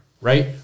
right